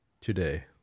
Today